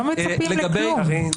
לא מצפים לכלום.